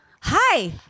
Hi